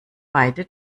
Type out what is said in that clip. beide